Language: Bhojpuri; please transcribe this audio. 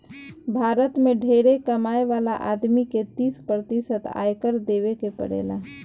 भारत में ढेरे कमाए वाला आदमी के तीस प्रतिशत आयकर देवे के पड़ेला